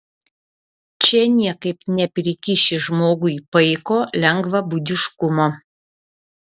čia niekaip neprikiši žmogui paiko lengvabūdiškumo